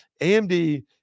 AMD